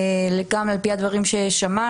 גם על פי הדברים ששמענו,